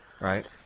Right